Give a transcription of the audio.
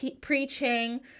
preaching